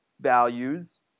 values